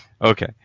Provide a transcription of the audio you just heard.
Okay